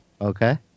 Okay